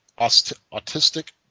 autistic